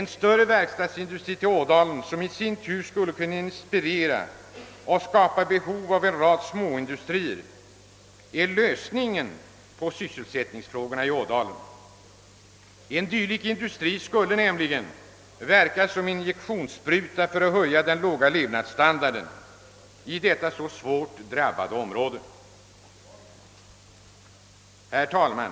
En stor verkstadsindustri till Ådalen, vilken i sin tur skulle kunna inspirera till och skapa behov av en rad småindustrier, är lösningen på sysselsättningsproblemen där. En dylik industri skulle nämligen verka som injektionsspruta när det gäller att höja den låga levnadsstandarden i detta så hårt drabbade område. Herr talman!